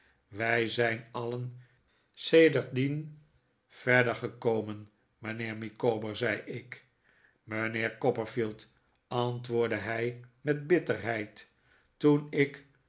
wij zijn alien sedertdien wat verder gekomen mijnheer micawber zei ik mijnheer copperfield antwoordde hij met bitterheid toen ik